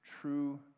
True